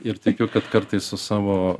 ir tikiu kad kartais su savo